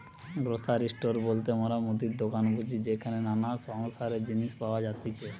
grocery store বলতে মোরা মুদির দোকান বুঝি যেখানে নানা সংসারের জিনিস পাওয়া যাতিছে